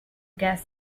gas